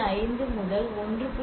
5 முதல் 1